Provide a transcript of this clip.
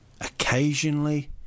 occasionally